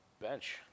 bench